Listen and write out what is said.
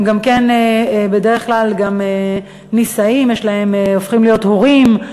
הם בדרך כלל גם נישאים, הופכים להיות הורים.